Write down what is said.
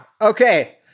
Okay